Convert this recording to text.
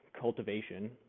cultivation